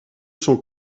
son